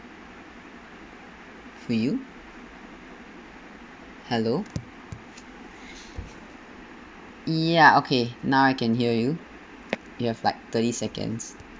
would you hello ya okay now I can hear you you have like thirty seconds